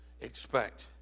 expect